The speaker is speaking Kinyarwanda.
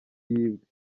yibwe